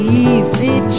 easy